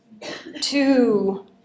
two